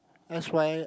s_y